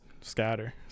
scatter